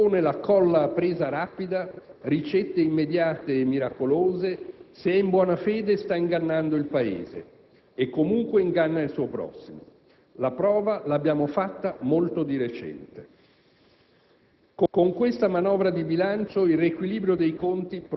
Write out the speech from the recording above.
Occorre saperlo e dirlo con chiarezza: chi propone la colla a presa rapida, ricette immediate e miracolose, se è in buona fede sta ingannando se stesso e, comunque, inganna il suo prossimo: la prova l'abbiamo fatta molto di recente.